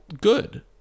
good